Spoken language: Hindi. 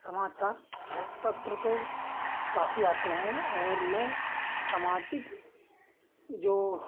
समाचार पत्र तो काफी आते हैं और मैं सामाजिक जो